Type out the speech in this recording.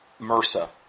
MRSA